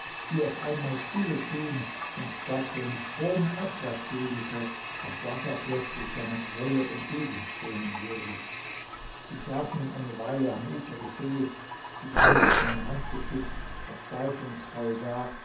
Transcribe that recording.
sie auf einmal stille stehen und daß wenn ich stromabwärts segelte das wasser plötzlich seiner quelle entgegenströmen würde ich saß nun eine weile am ufer des sees die wange auf meine hand gestützt verzweiflungsvoll da